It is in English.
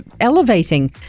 elevating